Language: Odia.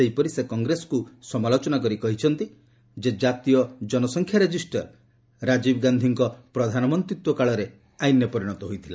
ସେହିପରି ସେ କଂଗ୍ରେସକୁ ସମାଲୋଚନା କରି କହିଛନ୍ତି ଯେ ଜାତୀୟ ଜନସଂଖ୍ୟା ରେଜିଷ୍ଟ୍ରର ରାଜୀବ ଗାନ୍ଧିଙ୍କ ପ୍ରଧାନମନ୍ତୀତ୍ୱ କାଳରେ ଆଇନ୍ରେ ପରିଣତ ହୋଇଥିଲା